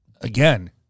again